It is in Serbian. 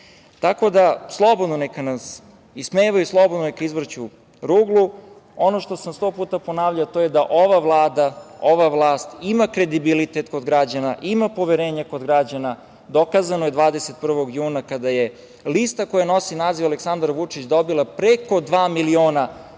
da, slobodno neka nas ismevaju, slobodno nek izvrću ruglu. Ono što sam sto puta ponavljao to je da ova Vlada, ova vlast ima kredibilitet kod građana, ima poverenje kod građana, dokazano je 21. juna kada je lista koja nosi naziv „Aleksandar Vučić“ dobila preko dva miliona glasova